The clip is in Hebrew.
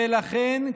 ולכן,